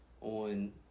on